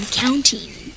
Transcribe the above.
counting